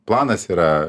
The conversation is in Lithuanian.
planas yra